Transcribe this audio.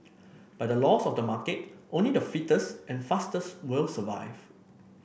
by the laws of the market only the fittest and fastest will survive